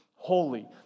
holy